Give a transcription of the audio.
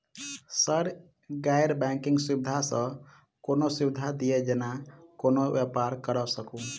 Sir गैर banking सुविधा सँ कोनों सुविधा दिए जेना कोनो व्यापार करऽ सकु?